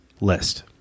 list